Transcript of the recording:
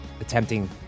attempting